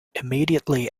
immediately